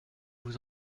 vous